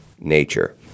nature